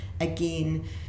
again